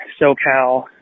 SoCal